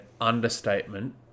understatement